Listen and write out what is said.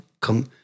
come